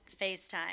FaceTime